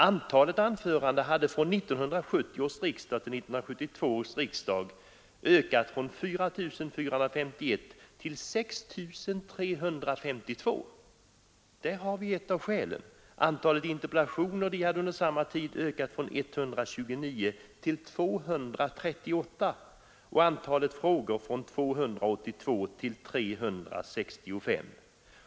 Antalet anföranden hade från 1970 års riksdag till 1972 års riksdag ökat från 4 451 till 6 352. Där har vi ett av skälen. Antalet interpellationer hade under samma tid ökat från 129 till 238, och antalet enkla frågor från 282 till 365.